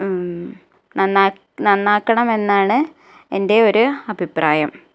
നന്നാക്കണമെന്നാണ് എൻ്റെ ഒരു അഭിപ്രായം